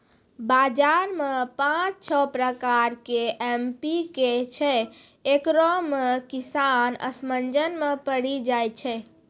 बाजार मे पाँच छह प्रकार के एम.पी.के छैय, इकरो मे किसान असमंजस मे पड़ी जाय छैय?